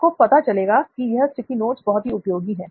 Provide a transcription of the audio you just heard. आपको पता चलेगा की यह स्टिकी नोट्स बहुत ही उपयोगी हैं